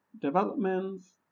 developments